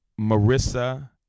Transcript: Marissa